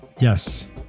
yes